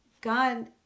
God